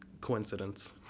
coincidence